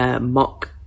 mock